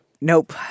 nope